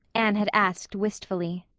anne had asked wistfully.